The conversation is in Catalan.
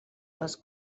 les